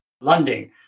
landing